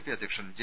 P അധ്യക്ഷൻ J